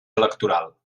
electoral